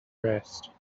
rest